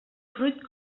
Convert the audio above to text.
fruit